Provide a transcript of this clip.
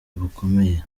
bukomeye